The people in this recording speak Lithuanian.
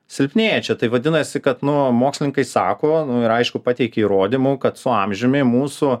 silpnėjančią tai vadinasi kad nu mokslininkai sako nu ir aišku pateikia įrodymų kad su amžiumi mūsų